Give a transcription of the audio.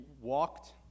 walked